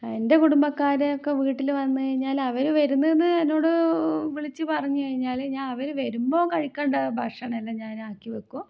എൻ്റെ കുടുംബക്കാരൊക്കെ വീട്ടിൽ വന്ന്കഴിഞ്ഞാൽ അവർ വരുന്നത് എന്നോട് വിളിച്ച് പറഞ്ഞ് കഴിഞ്ഞാൽ ഞാൻ അവർ വരുമ്പോൾ കഴിക്കേണ്ട ഭക്ഷണമെല്ലാം ഞാൻ ആക്കിവയ്ക്കും